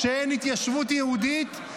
כשאין התיישבות יהודית,